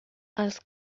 els